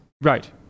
Right